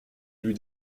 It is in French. lui